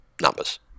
numbers